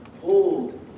hold